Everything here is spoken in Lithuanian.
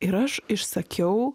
ir aš išsakiau